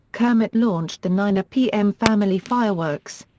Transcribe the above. kermit launched the nine pm family fireworks.